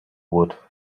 would